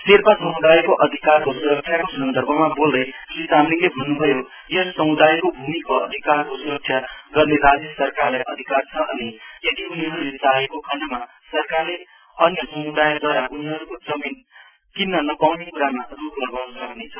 शेर्पा समुदायको अधिकारको सुरक्षाको सन्दभमा बोल्दै श्री चामलिङले भन्नुभयो यस समुदायको भूमिको अधिकारको सुरक्ष गर्ने राज्य सरकारलाई अधिकार छ अनि यदि उनीहरुले चाहेको खण्डमा सरकारले अन्य सम्दायद्वारा उनीहरुका जमीन किन्न नपाउने क्रामा रोक लगाउना सक्नेछ